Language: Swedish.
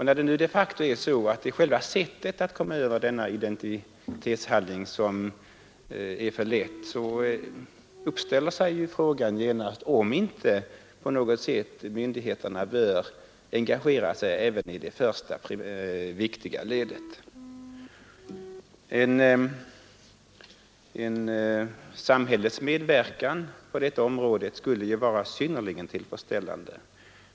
När det alltså de facto är alltför lätt att komma åt denna identitetshandling inställer sig genast frågan, om inte på något sätt myndigheterna bör engagera sig i det första viktiga ledet. En samhällets medverkan på detta område skulle vara synnerligen tillfredsställande.